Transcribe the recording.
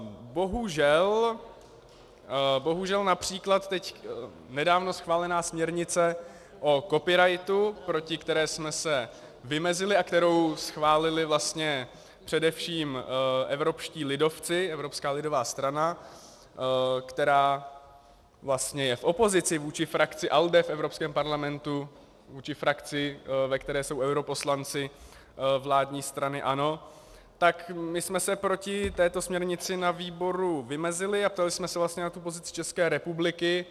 Bohužel, bohužel například teď nedávno schválená směrnice o copyrightu, proti které jsme se vymezili a kterou schválili vlastně především evropští lidovci, Evropská lidová strana, která je vlastně v opozici vůči frakci ALDE v Evropském parlamentu, vůči frakci, ve které jsou europoslanci vládní strany ANO, tak my jsme se proti této směrnici na výboru vymezili a ptali jsme se vlastně na tu pozici České republiky.